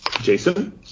Jason